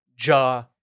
Ja-